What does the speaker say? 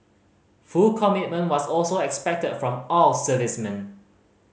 full commitment was also expected from all servicemen